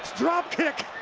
drop kick.